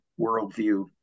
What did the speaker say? worldview